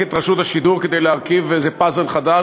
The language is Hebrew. את רשות השידור כדי להרכיב איזה פאזל חדש,